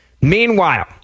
Meanwhile